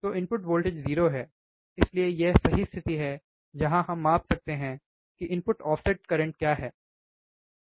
तो input voltage 0 है इसलिए यह सही स्थिति है जहां हम माप सकते हैं कि इनपुट ऑफसेट करंट क्या है